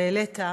שהעלית,